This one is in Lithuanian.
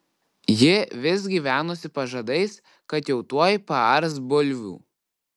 ji vis gyvenusi pažadais kad jau tuoj paars bulvių